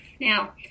Now